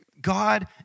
God